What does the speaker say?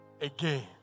again